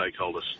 stakeholders